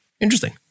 Interesting